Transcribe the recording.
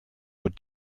but